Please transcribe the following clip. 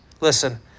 Listen